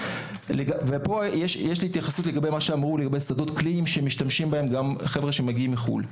דיברו פה לגבי שדות קליניים בהם משתמשים גם חבר'ה שמגיעים מחו"ל.